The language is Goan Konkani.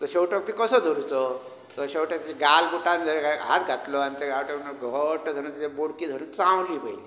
तो शेंवटो पी कसो धरूचो तो शेंवट्याची गालमुटान जंय कांय हात घातलो आनी तेका घट्ट धरून तेज्या बोडकी धरून चावली पयली